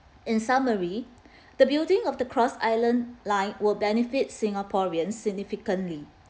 in summary the building of the cross island line will benefit singaporeans significantly